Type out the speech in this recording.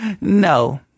no